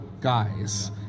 guys